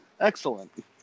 Excellent